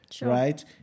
right